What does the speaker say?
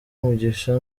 mugisha